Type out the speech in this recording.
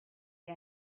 you